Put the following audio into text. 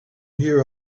here